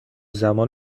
زمان